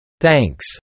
Thanks